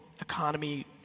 economy